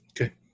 Okay